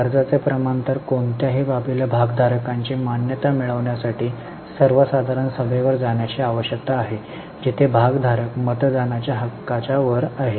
कर्जाचे प्रमाण तर कोणत्याही बाबीला भागधारकांची मान्यता मिळण्यासाठी सर्वसाधारण सभेवर जाण्याची आवश्यकता आहे जिथे भागधारक मतदानाच्या हक्काच्या वर आहेत